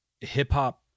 hip-hop